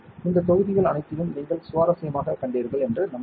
இந்த தொகுதிகள் அனைத்தையும் நீங்கள் சுவாரஸ்யமாகக் கண்டீர்கள் என்று நம்புகிறேன்